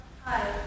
Hi